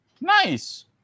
Nice